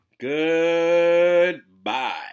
Goodbye